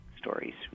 stories